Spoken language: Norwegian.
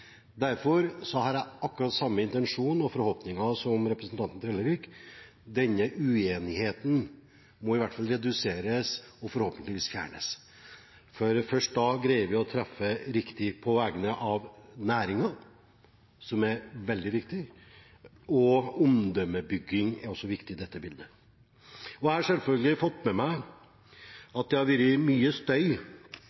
Derfor har jeg akkurat samme intensjon og forhåpninger som representanten Trellevik. Denne uenigheten må i hvert fall reduseres – og forhåpentligvis fjernes. Først da greier vi å treffe riktig på vegne av næringen, som er veldig viktig. Omdømmebygging er også viktig i dette bildet. Jeg har selvfølgelig fått med meg